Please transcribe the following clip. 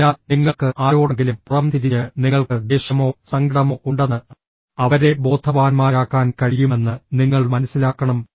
അതിനാൽ നിങ്ങൾക്ക് ആരോടെങ്കിലും പുറം തിരിഞ്ഞ് നിങ്ങൾക്ക് ദേഷ്യമോ സങ്കടമോ ഉണ്ടെന്ന് അവരെ ബോധവാന്മാരാക്കാൻ കഴിയുമെന്ന് നിങ്ങൾ മനസ്സിലാക്കണം